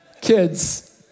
kids